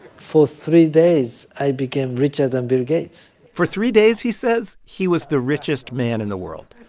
for three days, i became richer than bill gates for three days, he says, he was the richest man in the world.